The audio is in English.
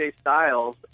Styles